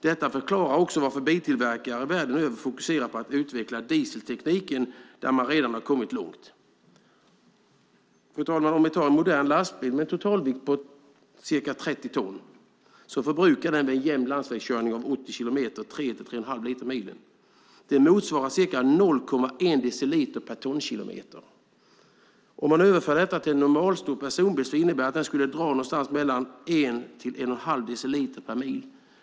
Detta förklarar varför biltillverkare världen över fokuserar på att utveckla dieseltekniken, där man redan har kommit långt. Fru talman! En modern lastbil med en totalvikt på ca 30 ton förbrukar vid jämn landsvägskörning på 80 kilometer i timmen 3-3,5 liter milen. Det motsvarar ca 0,1 deciliter per tonkilometer. Om man överför detta till en normalstor personbil innebär det att den skulle dra 1-1,5 deciliter per mil.